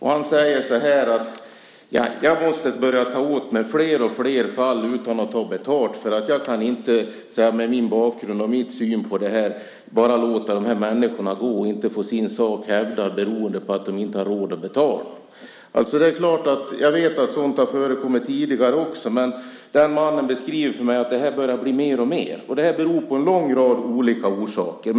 Han säger: Jag måste börja åta mig allt fler fall utan att ta betalt. Jag kan inte med min bakgrund och min syn på det låta dessa människor gå och inte få sin sak hävdad beroende på att de inte har råd att betala. Jag vet att sådant har förekommit tidigare också. Men den mannen beskrev för mig att det börjar bli alltmer vanligt. Det beror på en lång rad olika saker.